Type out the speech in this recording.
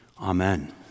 Amen